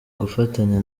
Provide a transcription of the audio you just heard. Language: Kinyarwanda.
gufatanya